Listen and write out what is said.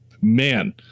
man